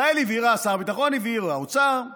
ישראל הבהירה, שר הביטחון הבהיר, והאוצר,